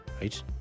right